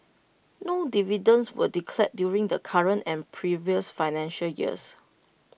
no dividends were declared during the current and previous financial years